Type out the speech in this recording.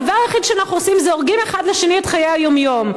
הדבר היחיד שאנחנו עושים זה הורגים אחד לשני את חיי היום-יום.